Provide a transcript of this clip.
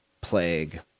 plague